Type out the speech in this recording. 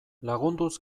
lagunduz